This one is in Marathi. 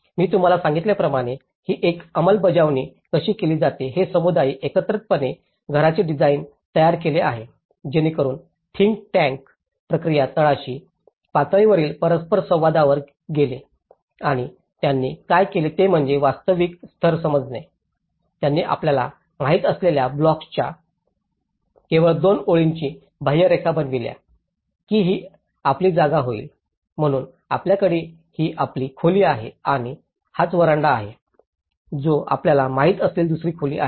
मी तुम्हाला सांगितल्याप्रमाणे ही अंमलबजावणी कशी केली जाते हे समुदायांनी एकत्रितपणे घराचे डिझाइन तयार केले आहे जेणेकरून थिंक टँक प्रक्रिया तळाशी पातळीवरील परस्पर संवादांवर गेली आणि त्यांनी काय केले ते म्हणजे वास्तविक स्तर समजणे त्यांनी आपल्याला माहित असलेल्या ब्लॉक्सच्या केवळ दोन ओळींनी बाह्यरेखा बनविल्या की ही आपली जागा होईल म्हणून आपल्याकडे ही आपली खोली आहे आणि हाच व्हरांडा आहे जो आपल्याला माहित असलेली दुसरी खोली आहे